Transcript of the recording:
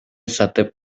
сатып